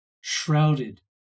shrouded